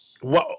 Whoa